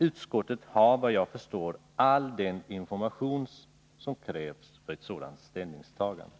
Utskottet har, såvitt jag förstår, all den information som krävs för ett sådant ställningstagande.